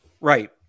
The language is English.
Right